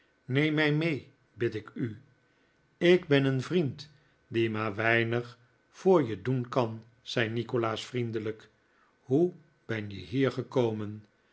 mij mee bid ik u ik ben een vriend die maar weinig voor je doen kan zei nikolaas vriendelijk hoe ben je hier gekomen